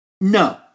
No